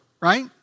right